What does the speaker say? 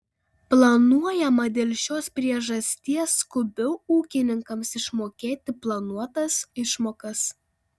planuojama dėl šios priežasties skubiau ūkininkams išmokėti planuotas išmokas